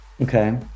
okay